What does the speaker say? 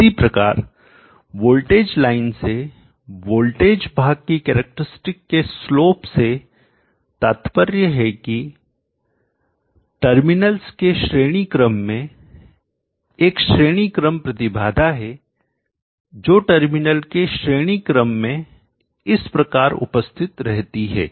इसी प्रकार voltage line सेवोल्टेज भाग की कैरेक्टरस्टिक के स्लोप ढाल से तात्पर्य है कि टर्मिनल्स के श्रेणी क्रम में एक श्रेणीक्रम प्रतिबाधा है जो टर्मिनल के श्रेणी क्रम में इस प्रकार उपस्थित रहती है